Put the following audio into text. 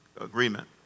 agreement